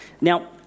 Now